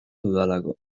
dudalako